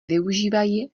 využívají